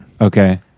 okay